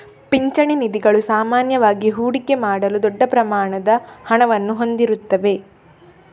ಪಿಂಚಣಿ ನಿಧಿಗಳು ಸಾಮಾನ್ಯವಾಗಿ ಹೂಡಿಕೆ ಮಾಡಲು ದೊಡ್ಡ ಪ್ರಮಾಣದ ಹಣವನ್ನು ಹೊಂದಿರುತ್ತವೆ